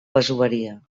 masoveria